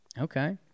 Okay